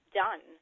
done